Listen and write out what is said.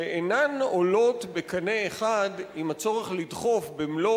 שאינן עולות בקנה אחד עם הצורך לדחוף במלוא